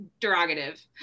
derogative